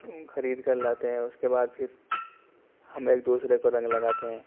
خرید کر لاتے ہیں اس کے بعد پھر ہم ایک دوسرے کو رنگ لگاتے ہیں